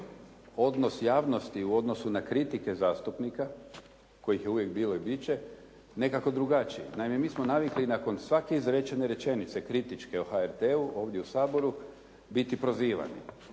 odnos javnosti u odnosu na kritike zastupnika kojih je uvijek bilo i bit će nekako drugačiji. Naime, mi smo navikli nakon svake izrečene rečenice kritičke o HRT-u ovdje u Saboru biti prozivani.